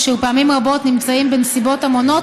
אשר פעמים רבות נמצאים בנסיבות המונעות